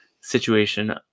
situation